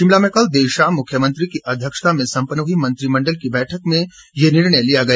शिमला में कल देर शाम मुख्यमंत्री की अध्यक्षता में संपन्न हुई मंत्रिमंडल की बैठक में ये निर्णय लिया गया